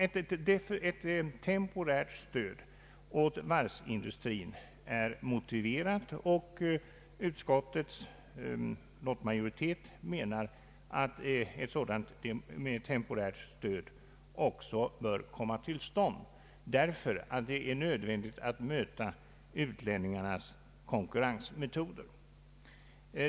Ett temporärt stöd åt varvsindustrin är motiverat, och utskottets lottmajoritet menar att ett sådant temporärt stöd också bör ges, därför att det är nödvändigt att möta de konkurrensmetoder som tillämpas i utlandet.